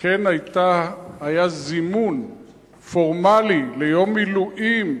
כן היה זימון פורמלי ליום מילואים,